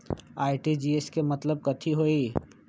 RTGS के मतलब कथी होइ?